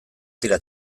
tira